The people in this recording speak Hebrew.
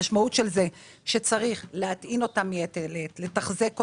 המשמעות שצריך לתחזק אותן,